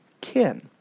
kin